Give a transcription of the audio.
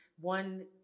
one